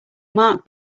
mark